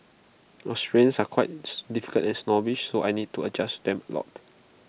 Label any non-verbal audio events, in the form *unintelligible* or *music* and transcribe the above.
Australians are quite *unintelligible* difficult and snobbish so I need to adjust them A lot